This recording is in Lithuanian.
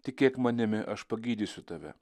tikėk manimi aš pagydysiu tave